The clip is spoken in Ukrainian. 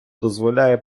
дозволяє